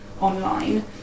online